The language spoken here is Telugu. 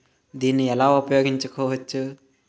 దీన్ని ఎలా ఉపయోగించు కోవచ్చు?